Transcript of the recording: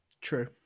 true